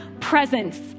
presence